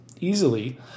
easily